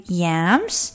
yams